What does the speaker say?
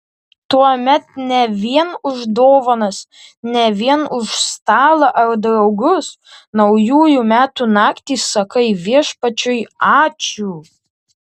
tuomet ne vien už dovanas ne vien už stalą ar draugus naujųjų metų naktį sakai viešpačiui ačiū